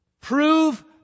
Prove